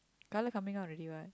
colour coming out already what